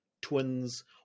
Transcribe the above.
twins